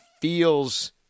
feels